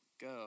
go